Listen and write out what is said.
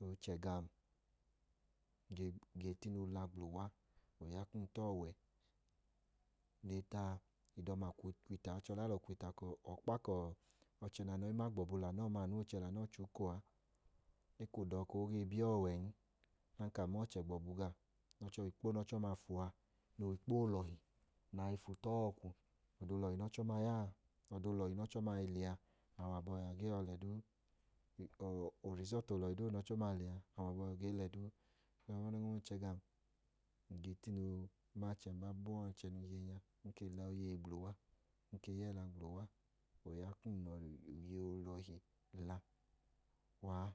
O chẹ gam ge tine oola mla uwa. Ng ya kum ta ọwe nẹ e taa idọma ka, ache ọlẹ alọ kwu ita ka ọkpa ka ọchẹ nẹ anọọ i ma gbọ bu lẹ anọọn ma, anu ọọ chẹ lẹ anọọ che uko a. E ka oa ọka o ge bi ọwẹn. Ọdanka a ma ọchẹ gbọbu gawọ ikpo nẹ ọchẹ ọma fu a, nẹ o wẹ ikpo olọhi a i fu ta ọọ ọkwu. Olohi nẹ ọchọma ya a, ọda olọhi nẹ ọchọma lẹ a, awọ abọhinyuwọ, a ge yọi lẹ duu. Urigọtu olohi duu nẹ ọchọma lẹ a, awọ abọhiyuwọ, a ge yọi lẹ duu. O chẹ gam ge ma achẹn ba abọọ a, kum ke la oyeyi gbla uwa, kum ke ya ẹla gbla uwa, oya kum lẹ oyeyi olọ hi la gbla uwa.